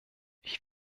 ich